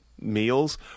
meals